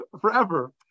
forever